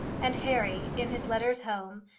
and harry, in his letters home,